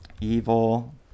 Evil